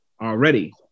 already